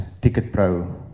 TicketPro